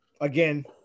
again